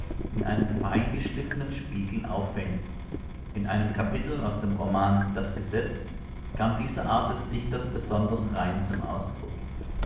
in einem feingeschliffenen spiegel auffängt in einem kapitel aus dem roman das gesetz kam diese art des dichters besonders rein zum ausdruck